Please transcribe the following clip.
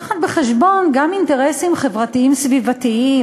שמביאה בחשבון גם אינטרסים חברתיים סביבתיים,